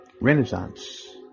Renaissance